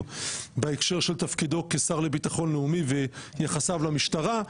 בהקשר של תפקידו כשר לביטחון לאומי ויחסיו למשטרה,